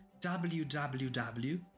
www